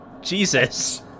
Jesus